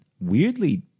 weirdly